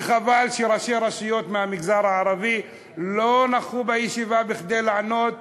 וחבל שראשי רשויות מהמגזר הערבי לא נכחו בישיבה כדי לענות